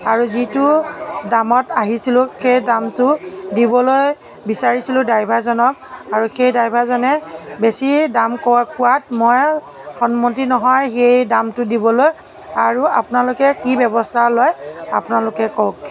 আৰু যিটো দামত আহিছিলোঁ সেই দামটো দিবলৈ বিচাৰিছিলোঁ ড্ৰাইভাৰজনক আৰু সেই ড্ৰাইভাৰজনে বেছিয়ে দাম কোৱাত মই সন্মতি নহয় সেই দামটো দিবলৈ আৰু আপোনালোকে কি ব্যৱস্থা লয় আপোনালোকে কওক